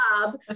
job